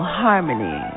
harmony